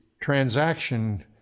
transaction